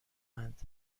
اند